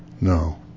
No